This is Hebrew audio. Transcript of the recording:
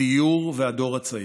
דיור והדור הצעיר.